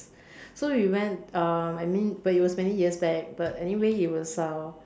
so we went uh I mean but it was many years back but anyway he was uh